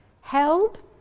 held